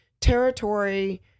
territory